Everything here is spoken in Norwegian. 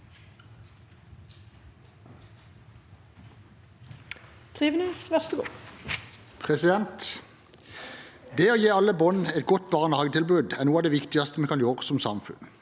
mener derfor at å gi alle et godt barnehagetilbud er noe av det viktigste vi kan gjøre som samfunn,